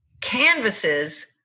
canvases